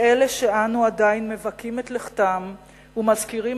ואלה שאנו עדיין מבכים את לכתם ומזכירים